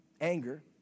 anger